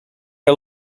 are